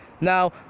Now